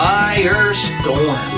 Firestorm